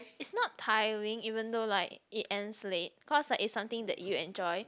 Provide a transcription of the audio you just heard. it's not tiring even though like it ends late cause like it's something that you enjoy